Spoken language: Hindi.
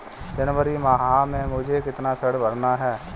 जनवरी माह में मुझे कितना ऋण भरना है?